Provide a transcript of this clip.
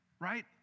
right